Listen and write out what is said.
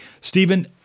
Stephen